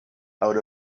out